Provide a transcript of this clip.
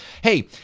hey